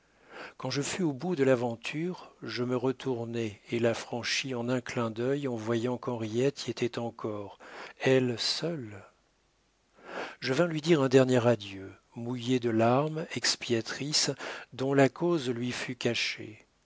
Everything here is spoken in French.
quand je fus au bout de l'avenue je me retournai et la franchis en un clin dœil en voyant qu'henriette y était encore elle seule je vins lui dire un dernier adieu mouillé de larmes expiatrices dont la cause lui fut cachée